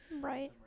Right